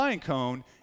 cone